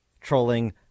trolling